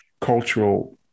cultural